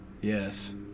Yes